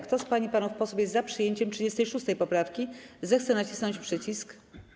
Kto z pań i panów posłów jest za przyjęciem 36. poprawki, zechce nacisnąć przycisk.